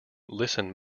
listen